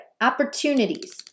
opportunities